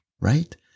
Right